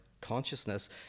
consciousness